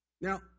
Now